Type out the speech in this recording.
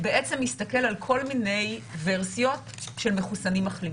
בעצם מסתכל על כל מיני ורסיות של מחוסנים-מחלימים,